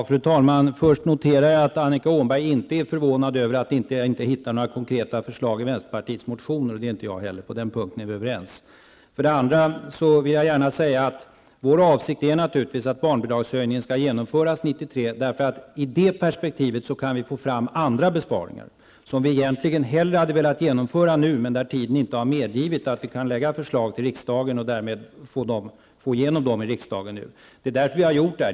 Fru talman! Jag noterar att Annika Åhnberg inte är förvånad över att jag inte har hittat några konkreta förslag i vänsterpartiets motioner. Det är inte jag heller. På den punkten är vi överens. Vår avsikt är naturligtvis att barnbidragshöjningen skall genomföras 1993. I det perspektivet kan vi få fram andra besparingar, besparingar som vi egentligen hellre hade velat genomföra nu. Men tiden har inte medgivit att vi lägger fram dessa förslag för riksdagen nu och att vi därmed nu kunde få igenom dem här i riksdagen. Det är därför vi har genomfört detta.